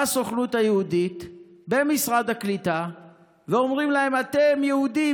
באים הסוכנות היהודית ומשרד הקליטה ואומרים להם: אתם יהודים,